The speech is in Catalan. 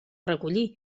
recollir